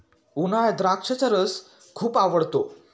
उन्हाळ्यात द्राक्षाचा रस खूप आवडतो